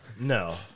No